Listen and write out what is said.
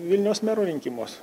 vilniaus mero rinkimuos